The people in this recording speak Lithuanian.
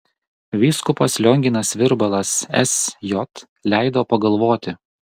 vyskupas lionginas virbalas sj leido pagalvoti